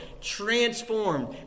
transformed